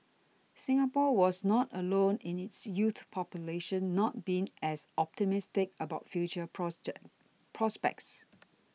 Singapore was not alone in its youth population not being as optimistic about future prospects